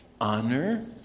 Honor